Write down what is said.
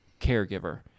caregiver